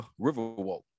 Riverwalk